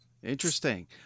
interesting